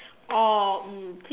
oh um